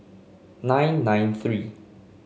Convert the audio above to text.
nine nine three